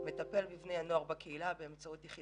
משרד הרווחה מטפל בבני נוער בקהילה באמצעות